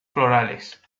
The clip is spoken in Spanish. florales